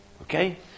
Okay